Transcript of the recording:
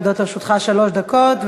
עומדות לרשותך שלוש דקות.